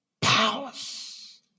powers